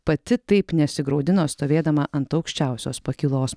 pati taip nesigraudino stovėdama ant aukščiausios pakylos